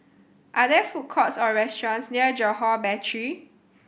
are there food courts or restaurants near Johore Battery